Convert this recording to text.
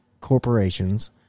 corporations